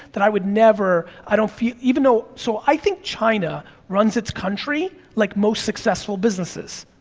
that i would never, i don't feel, even though, so, i think china runs its country like most successful businesses.